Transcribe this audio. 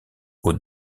aux